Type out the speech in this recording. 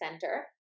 center